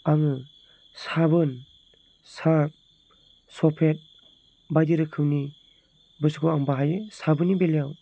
आङो साबोन सार्फ सफेद बायदि रोखोमनि बुस्तुखौ आं बाहायो साबोननि बेलायाव